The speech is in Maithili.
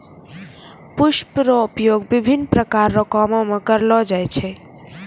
पुष्प रो उपयोग विभिन्न प्रकार रो कामो मे करलो जाय छै